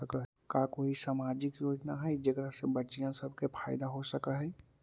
का कोई सामाजिक योजना हई जेकरा से बच्चियाँ सब के फायदा हो सक हई?